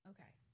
Okay